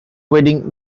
wedding